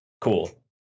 cool